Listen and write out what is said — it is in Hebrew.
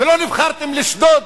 ולא נבחרתם לשדוד,